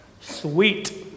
Sweet